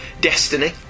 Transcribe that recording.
Destiny